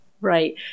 Right